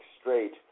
straight